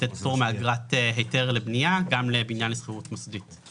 לתת פטור מאגרת היתר לבנייה גם לבניין לשכירות מוסדות,